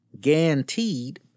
guaranteed